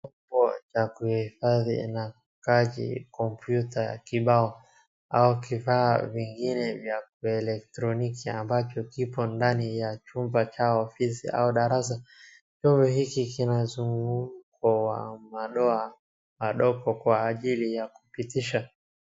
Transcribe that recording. Mfuko wa kuhifadhi nakaji kompyuta, kibao au kifaa vingine vya kielektroniki ambacho kipo ndani ya chumba cha ofisi au darasa. Chombo hiki kinamzunguko wa madoa madogo kwa ajili ya kupitisha.